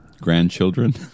grandchildren